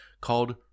called